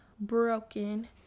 broken